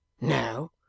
No